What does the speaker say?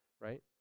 right